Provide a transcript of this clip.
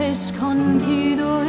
Escondido